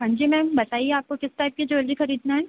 हां जी मैम बताइए आपको किस टाइप की ज्वेलरी खरीदना है